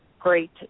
Great